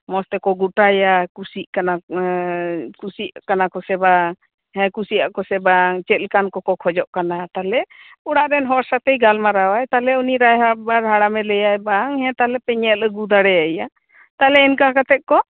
ᱢᱚᱸᱡᱽ ᱛᱮᱠᱚ ᱜᱚᱴᱟᱭᱟ ᱠᱩᱥᱤᱜ ᱠᱟᱱᱟ ᱠᱩᱥᱤᱜ ᱠᱟᱱᱟ ᱠᱚ ᱥᱮ ᱵᱟᱝ ᱦᱮᱸ ᱠᱩᱥᱤᱜ ᱟᱠᱚ ᱥᱮ ᱵᱟᱝ ᱪᱮᱫ ᱞᱮᱠᱟᱱ ᱠᱚᱠᱚ ᱠᱷᱚᱡᱚᱜ ᱠᱟᱱᱟ ᱛᱟᱞᱦᱮ ᱚᱲᱟᱜ ᱨᱮᱱ ᱦᱚᱲ ᱥᱟᱛᱮ ᱜᱟᱞᱢᱟᱨᱟᱣᱟᱭ ᱛᱟᱦᱞᱮ ᱩᱱᱤ ᱨᱟᱭᱵᱟᱨ ᱦᱟᱲᱟᱢ ᱮ ᱞᱟᱹᱭ ᱟᱭ ᱵᱟᱝ ᱦᱮᱸ ᱛᱟᱞᱦᱮ ᱯᱮ ᱧᱮᱞ ᱟᱜᱩ ᱫᱟᱲᱮᱭᱟᱭᱟ ᱛᱟᱞᱦᱮ ᱤᱱᱠᱟ ᱠᱟᱛᱮᱫ ᱠᱚ